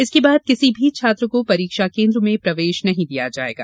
इसके बाद किसी भी छात्र को परीक्षा केन्द्र में प्रवेश नहीं दिया जायेगा